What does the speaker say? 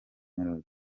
melodie